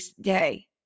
day